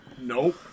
Nope